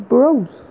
Bros